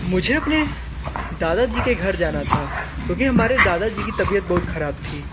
मुझे अपने दादाजी के घर जाना था क्योंकि हमारे दादाजी तबियत बहुत खराब थी